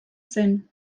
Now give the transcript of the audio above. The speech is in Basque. zen